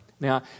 Now